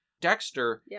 Dexter